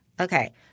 Okay